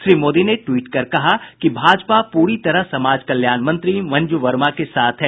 श्री मोदी ने ट्वीट कर कहा कि भाजपा पूरी तरह समाज कल्याण मंत्री मंजू वर्मा के साथ है